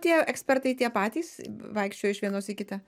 tie ekspertai tie patys vaikščiojo iš vienos į kitą